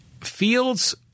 fields